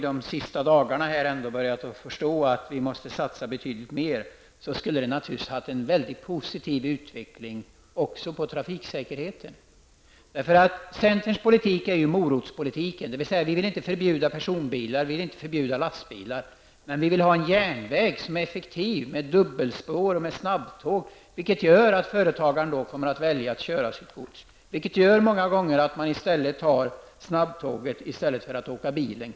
De senaste dagarna har de börjat förstå att man måste satsa mycket mer på järnvägen och att det är mycket positivt för trafiksäkerheten. Centern för en morotspolitik. Vi vill varken förbjuda personbils eller lastbilstrafik, men vi vill ha en effektiv järnväg med dubbelspår och snabbtåg som gör att företag väljer att frakta sitt gods på järnväg. Det skall vara så att människor väljer snabbtåget före bilen.